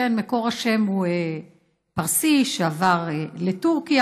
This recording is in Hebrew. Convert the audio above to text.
מקור השם הוא פרסי שעבר לטורקיה,